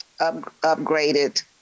upgraded